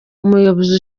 umuyobozi